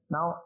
Now